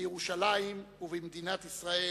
בירושלים ובמדינת ישראל.